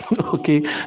Okay